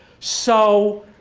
so,